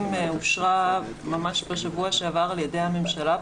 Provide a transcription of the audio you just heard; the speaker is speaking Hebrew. אושרה ממש בשבוע שעבר על ידי הממשלה,